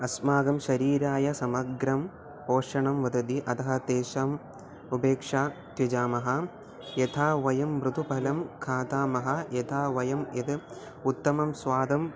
अस्माकं शरीराय समग्रं पोषणं भवति अतः तेषाम् उपेक्षा त्यजामः यथा वयं मृदुफलं खादामः यथा वयं यदुत्तमं स्वादं